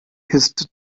ist